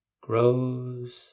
grows